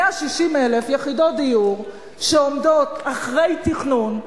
160,000 יחידות דיור שעומדות אחרי תכנון,